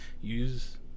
use